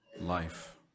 life